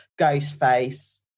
Ghostface